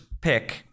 pick